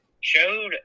showed